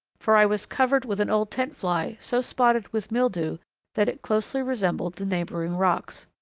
for i was covered with an old tent fly so spotted with mildew that it closely resembled the neighbouring rocks.